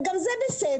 גם זה בסדר,